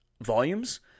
volumes